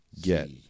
get